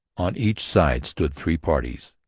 on each side stood three parties.